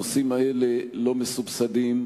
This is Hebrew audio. הנסיעות האלה לא מסובסדות,